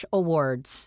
awards